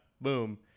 boom